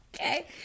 Okay